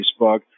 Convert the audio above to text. Facebook